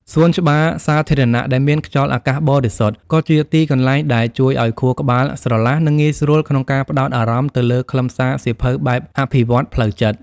សួនច្បារសាធារណៈដែលមានខ្យល់អាកាសបរិសុទ្ធ ក៏ជាទីកន្លែងដែលជួយឱ្យខួរក្បាលស្រឡះ និងងាយស្រួលក្នុងការផ្ដោតអារម្មណ៍ទៅលើខ្លឹមសារសៀវភៅបែបអភិវឌ្ឍផ្លូវចិត្ត។